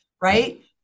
right